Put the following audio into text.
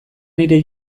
nire